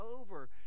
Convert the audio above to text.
over